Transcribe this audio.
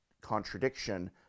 contradiction